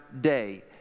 day